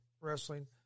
wrestling